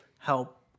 help